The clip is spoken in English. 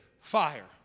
fire